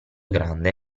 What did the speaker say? grande